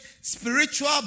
spiritual